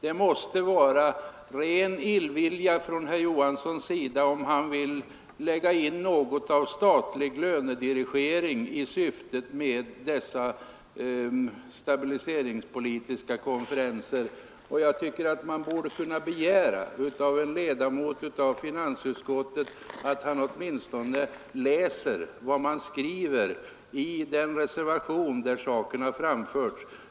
Det måste vara ren illvilja av herr Knut Johansson, om han vill lägga in någon statlig lönedirigering i syftet med dessa stabiliseringspolitiska konferenser. Jag tycker att man borde kunna begära av en ledamot av finansutskottet att han åtminstone läser vad som skrivs i den reservation där saken har framförts.